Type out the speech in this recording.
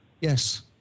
Yes